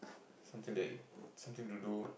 something that something to do